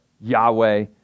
Yahweh